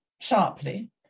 sharply